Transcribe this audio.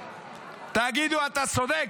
תגידו: אתה צודק,